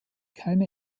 keine